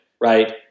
right